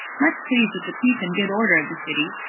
much pleased with the peace and good order of the city,